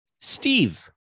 Steve